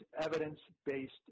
evidence-based